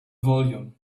volume